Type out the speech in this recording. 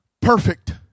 perfect